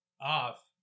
off